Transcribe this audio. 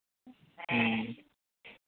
ᱦᱮᱸ